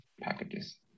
packages